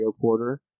Porter